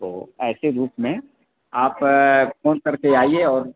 तो ऐसे रूप में आप फोन करके आइए और